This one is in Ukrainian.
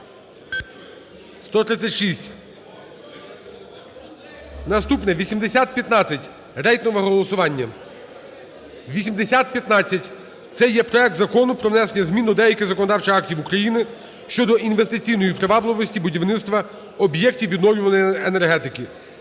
За-136 Наступний 8015, рейтингове голосування. 8015, це є проект Закону про внесення змін до деяких законодавчих актів України (щодо інвестиційної привабливості будівництва об'єктів відновлювальної енергетики).